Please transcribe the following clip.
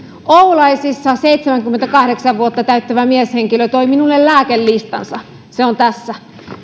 oulaisissa seitsemänkymmentäkahdeksan vuotta täyttävä mieshenkilö toi minulle lääkelistansa se on tässä